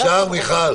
אפשר, מיכל?